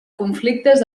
conflictes